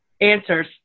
answers